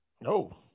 No